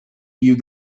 you